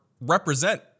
represent